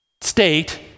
state